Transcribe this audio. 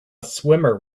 swimmer